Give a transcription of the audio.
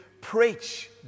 preach